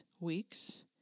weeks